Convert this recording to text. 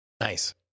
Nice